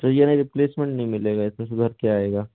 तो यानि रिप्लेसमेंट नहीं मिलेगा इसमें सुधर के आएगा